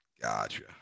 Gotcha